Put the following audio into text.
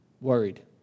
worried